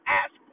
ask